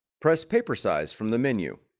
press paper size from the menu.